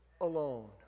alone